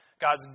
God's